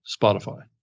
Spotify